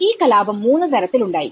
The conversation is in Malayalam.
ഈ കലാപം മൂന്ന് തരത്തിൽ ഉണ്ടായി